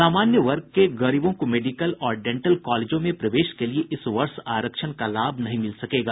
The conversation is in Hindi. सामान्य वर्ग के गरीबों को मेडिकल और डेंटल कॉलेजों में प्रवेश के लिए इस वर्ष आरक्षण का लाभ नहीं मिल सकेगा